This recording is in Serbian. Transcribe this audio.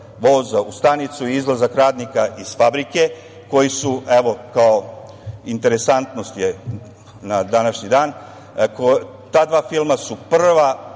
voza u stanicu" i "Izlazak radnika iz fabrike", koji su, evo, kao interesantnost je na današnji dan, ta dva filma su prva